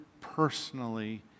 personally